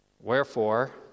Wherefore